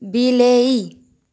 ବିଲେଇ